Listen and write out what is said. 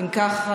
אם כך,